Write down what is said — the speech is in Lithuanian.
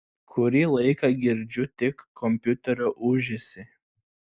kurį laiką girdžiu tik kompiuterio ūžesį